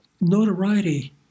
notoriety